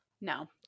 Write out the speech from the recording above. No